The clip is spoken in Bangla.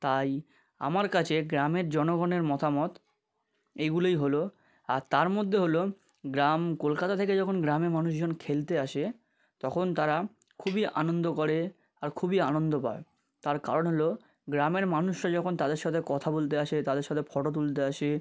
তাই আমার কাছে গ্রামের জনগণের মতামত এইগুলোই হলো আর তার মধ্যে হলো গ্রাম কলকাতা থেকে যখন গ্রামে মানুষজন খেলতে আসে তখন তারা খুবই আনন্দ করে আর খুবই আনন্দ পায় তার কারণ হলো গ্রামের মানুষরা যখন তাদের সাথে কথা বলতে আসে তাদের সাথে ফটো তুলতে আসে